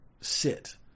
sit